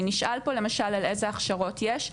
כי נשאל פה למשל על איזה כשרות יש.